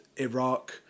iraq